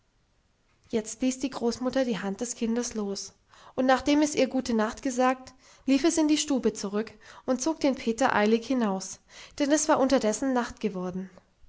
jetzt ließ die großmutter die hand des kindes los und nachdem es ihr gute nacht gesagt lief es in die stube zurück und zog den peter eilig hinaus denn es war unterdessen nacht geworden